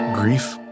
Grief